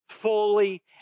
fully